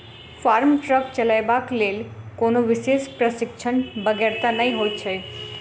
farm truck चलयबाक लेल कोनो विशेष प्रशिक्षणक बेगरता नै होइत छै